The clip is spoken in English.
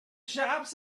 shops